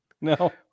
No